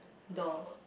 door